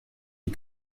die